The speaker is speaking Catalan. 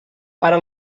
pare